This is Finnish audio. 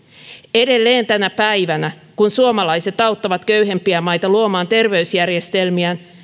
edelleen tänä päivänä kun suomalaiset auttavat köyhempiä maita luomaan terveysjärjestelmiä